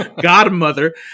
Godmother